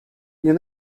you